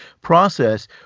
process